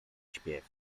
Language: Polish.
śpiew